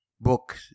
book